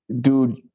Dude